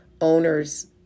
owners